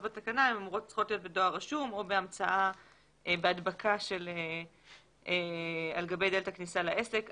בתקנה צריכות להיות בדואר רשום או בהדבקה על גבי דלת הכניסה לעסק.